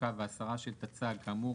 תחזוקה והסרה של תצ"ג..",